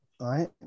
right